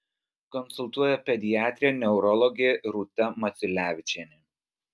konsultuoja pediatrė neurologė rūta maciulevičienė